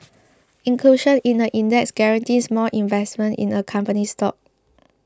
inclusion in the index guarantees more investment in a company's stock